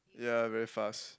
ya very fast